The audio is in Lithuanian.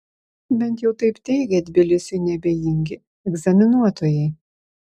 bent jau taip teigia tbilisiui neabejingi egzaminuotojai